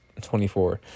24